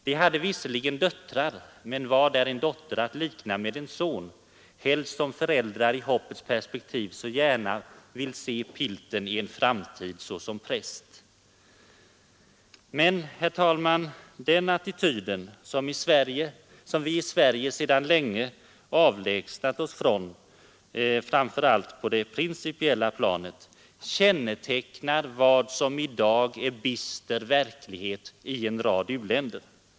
De hade visserligen döttrar, men hvad är en dotter att likna med en son, helst som föräldrar i hoppets perspektiv så gerna vill se pilten i en framtid såsom Prest? ” Men, herr talman, denna attityd som vi i Sverige för länge sedan avlägsnat oss från, framför allt på det principiella planet, kännetecknar vad som i dag är bister verklighet i en rad u-länder.